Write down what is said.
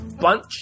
bunch